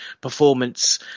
performance